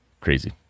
crazy